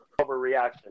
overreaction